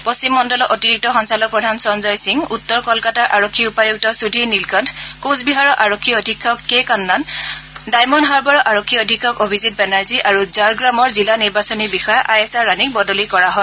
পশ্চিম মণ্ডলৰ অতিৰিক্ত সঞ্চালকপ্ৰধান সঞ্জয় সিং উত্তৰ কলকাতাৰ আৰক্ষী উপায়ুক্ত সুধীৰ নীলকণ্ঠ কোচবিহাৰৰ আৰক্ষী অধীক্ষক কে কান্নান ডায়মণ্ড হাৰ্বাৰ আৰক্ষী অধীক্ষক অভিজিত বেনাৰ্জী আৰু ঝাৰগ্ৰামৰ জিলা নিৰ্বাচনী বিষয়া আয়েশা ৰাণীক বদলি কৰা হয়